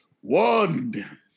One